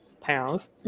pounds